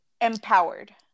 empowered